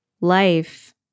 life